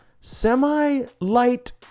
semi-light